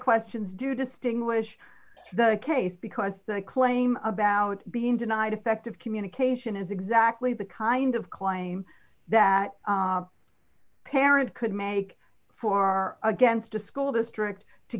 questions do distinguish the case because they claim about being denied effective communication is exactly the kind of claim that parent could make far against a school district to